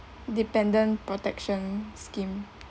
dependent protection scheme